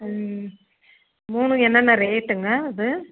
ம் ம் மூணும் என்னென்ன ரேட்டுங்க அது